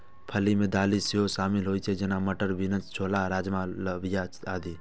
फली मे दालि सेहो शामिल होइ छै, जेना, मटर, बीन्स, छोला, राजमा, लोबिया आदि